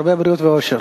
הרבה בריאות ואושר.